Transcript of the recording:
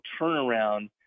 turnaround